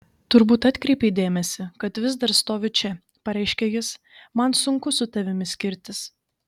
turbūt atkreipei dėmesį kad vis dar stoviu čia pareiškia jis man sunku su tavimi skirtis